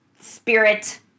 spirit